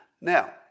Now